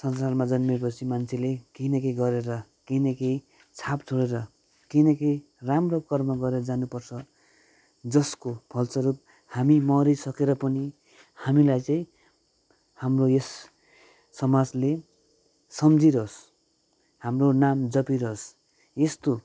संसारमा जन्मेपछि मान्छेले केही न केही गरेर केही न केही छाप छोडेर केही न केही राम्रो कर्म गरेर जानुपर्छ जसको फलस्वरुप हामी मरिसकेर पनि हामीलाई चाहिँ हाम्रो यस समाजले सम्झिरहोस् हाम्रो नाम जपिरहोस् यस्तो